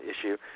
issue